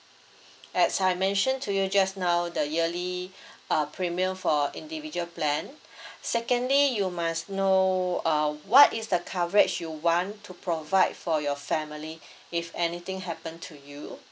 as I mentioned to you just now the yearly uh premium for individual plan secondly you must know uh what is the coverage you want to provide for your family if anything happen to you